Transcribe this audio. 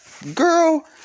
Girl